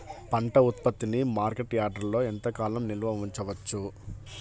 పంట ఉత్పత్తిని మార్కెట్ యార్డ్లలో ఎంతకాలం నిల్వ ఉంచవచ్చు?